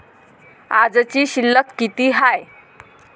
आजची शिल्लक किती हाय?